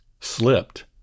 Slipped